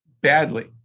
badly